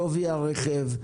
שווי הרכב,